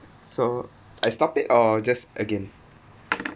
so I stop it or just again